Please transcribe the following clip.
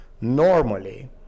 normally